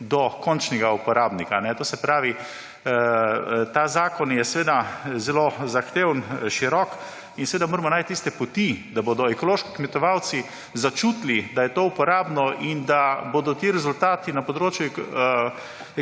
do končnega uporabnika. To se pravi, ta zakon je zelo zahteven, širok in moramo najti tiste poti, da bodo ekološki kmetovalci začutili, da je to uporabno in da se bodo ti rezultati na področju